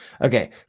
Okay